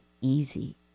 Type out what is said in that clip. easy